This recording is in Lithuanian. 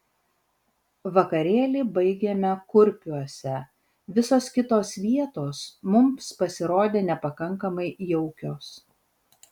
vakarėlį baigėme kurpiuose visos kitos vietos mums pasirodė nepakankamai jaukios